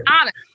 honest